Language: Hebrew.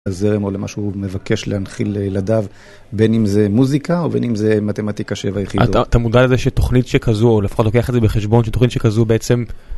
לזרם או למה שהוא מבקש להנחיל לילדיו, בין אם זה מוזיקה או בין אם זה מתמטיקה שבע יחידות. אתה מודע לזה שתוכנית שכזו, או לפחות לוקח את זה בחשבון, שתוכנית שכזו בעצם...